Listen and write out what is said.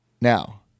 Now